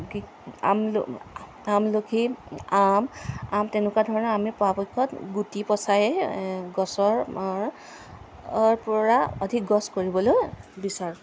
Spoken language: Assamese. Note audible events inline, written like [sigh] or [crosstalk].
আমল আমলখি আম আম তেনেকুৱা ধৰণৰ আমি পৰাপক্ষত গুটি পচাইয়েই গছৰ [unintelligible] পৰা অধিক গছ কৰিবলৈ বিচাৰোঁ